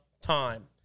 time